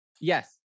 yes